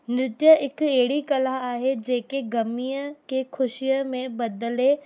नृत्य हिकु अहिड़ी कला आहे जेकी ग़मीअ खे ख़ुशीअ में बदिले